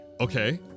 Okay